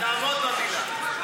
תעמוד במילה.